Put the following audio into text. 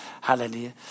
Hallelujah